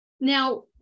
Now